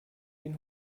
den